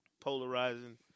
polarizing